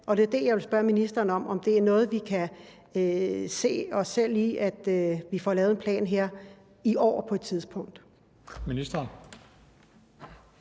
og det er det, jeg vil spørge ministeren om, nemlig om det er noget, vi kan se os selv i, altså at vi får lavet en plan her i år på et tidspunkt?